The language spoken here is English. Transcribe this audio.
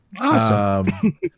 Awesome